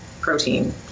protein